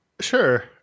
Sure